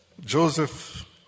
Joseph